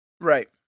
Right